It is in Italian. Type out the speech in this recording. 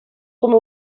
come